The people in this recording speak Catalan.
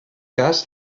cas